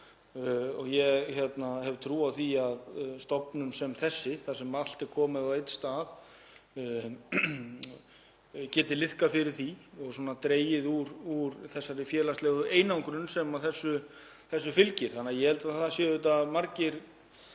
Ég hef trú á því að stofnun sem þessi þar sem allt er komið á einn stað geti liðkað fyrir því og dregið úr þessari félagslegu einangrun sem þessu fylgir. Ég held því að það séu ótal kostir